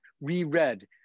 reread